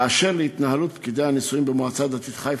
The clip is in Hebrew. אשר להתנהלות פקידי הנישואים במועצה הדתית חיפה,